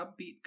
upbeat